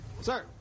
Sir